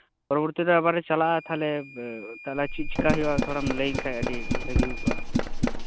ᱯᱚᱨᱚᱵᱚᱛᱤᱨᱮ ᱟᱵᱟᱨᱮ ᱪᱟᱞᱟᱜ ᱟ ᱛᱟᱦᱚᱞᱮ ᱪᱮᱫᱪᱮᱠᱟ ᱦᱩᱭᱩᱜ ᱟ ᱛᱷᱚᱲᱟᱢ ᱞᱟᱹᱭᱟᱹᱧ ᱠᱷᱟᱡ ᱟᱹᱰᱤ ᱵᱷᱟᱜᱤ ᱦᱩᱭᱠᱚᱜ ᱟ